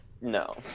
No